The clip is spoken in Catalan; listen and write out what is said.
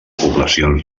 poblacions